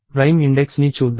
prime index ని చూద్దాం